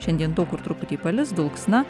šiandien daug kur truputį palis dulksna